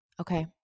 Okay